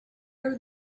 are